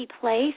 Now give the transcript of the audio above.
place